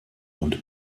und